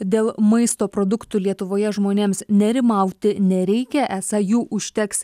dėl maisto produktų lietuvoje žmonėms nerimauti nereikia esą jų užteks